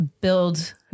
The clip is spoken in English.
build